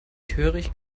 töricht